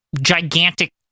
gigantic